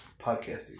podcasting